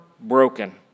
broken